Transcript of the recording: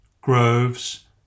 groves